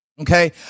Okay